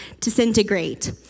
disintegrate